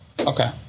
Okay